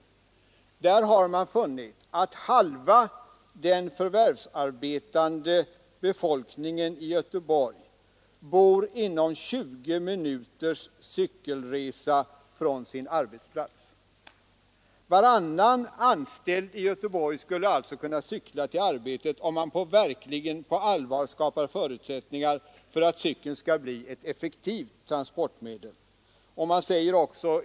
Vid den undersökningen har man funnit att halva den förvärvsarbetande befolkningen i Göteborg bor inom 20 minuters cykelresa från sin arbetsplats. Varannan anställd i Göteborg skulle alltså kunna cykla till arbetet, om man verkligen på allvar skapar förutsättningar för att cykeln skall bli ett effektivt transportmedel.